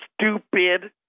stupid